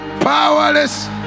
powerless